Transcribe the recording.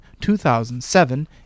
2007